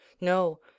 No